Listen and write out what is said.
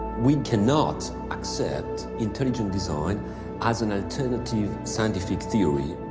we cannot accept intelligent design as an alternative scientific theory.